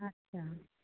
अच्छा